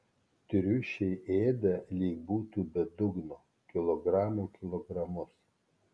triušiai ėda lyg būtų be dugno kilogramų kilogramus